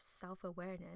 self-awareness